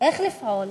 איך לפעול,